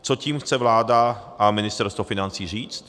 Co tím chce vláda a ministerstvo financí říct?